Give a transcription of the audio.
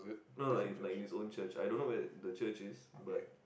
no like it like it's own church I don't know where the church is but